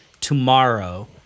tomorrow